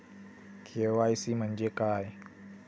KYC म्हणजे काय?